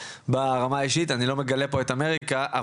ברמה האישית ואני לא מגלה פה את אמריקה,